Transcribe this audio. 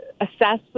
assess